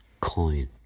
coin